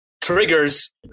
triggers